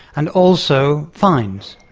and also fines.